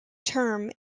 term